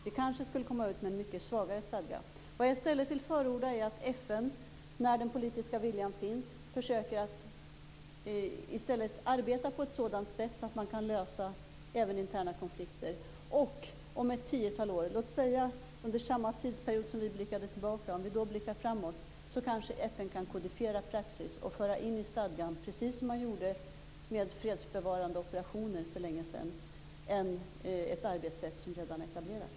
Vi kanske skulle komma ut med en mycket svagare stadga. Vad jag i stället vill förorda är att FN, när den politiska viljan finns, i stället försöker att arbeta på ett sådant sätt att man kan lösa även interna konflikter. Sedan kanske FN om ett tiotal år - låt oss säga att vi blickar framåt samma tidsrymd som vi blickade tillbaka - kan kodifiera praxis och föra in i stadgan precis hur man gjorde med fredsbevarande operationer för länge sedan, dvs. ett arbetssätt som redan är etablerat.